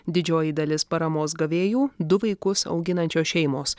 didžioji dalis paramos gavėjų du vaikus auginančios šeimos